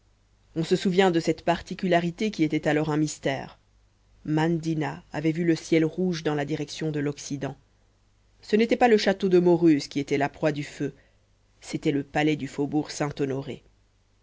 on se souvient de cette particularité qui était alors un mystère mandina avait vu le ciel rouge dans la direction de l'occident ce n'était pas le château de mauruse qui était la proie du feu c'était le palais du faubourg saint-honoré